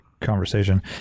conversation